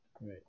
Right